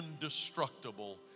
indestructible